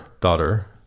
daughter